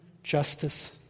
Justice